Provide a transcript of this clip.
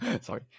Sorry